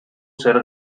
zer